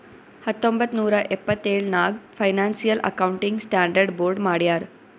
ಹತ್ತೊಂಬತ್ತ್ ನೂರಾ ಎಪ್ಪತ್ತೆಳ್ ನಾಗ್ ಫೈನಾನ್ಸಿಯಲ್ ಅಕೌಂಟಿಂಗ್ ಸ್ಟಾಂಡರ್ಡ್ ಬೋರ್ಡ್ ಮಾಡ್ಯಾರ್